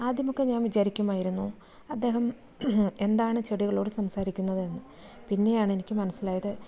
ആദ്യമൊക്കെ ഞാൻ വിചാരിക്കുമായിരുന്നു അദ്ദേഹം എന്താണ് ചെടികളോട് സംസാരിക്കുന്നത് എന്ന് പിന്നെയാണ് എനിക്ക് മനസ്സിലായത്